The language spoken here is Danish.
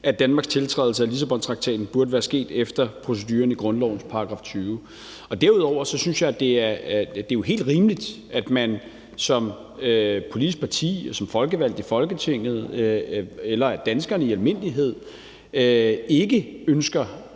at Danmarks tiltrædelse af Lissabontraktaten burde være sket efter proceduren i grundlovens § 20. Derudover synes jeg jo, at det er helt rimeligt, at man som politisk parti, som folkevalgt i Folketinget eller at danskere i almindelighed ikke ønsker